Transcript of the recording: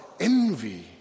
envy